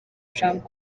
trump